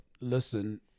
listen